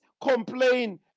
complain